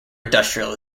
industrial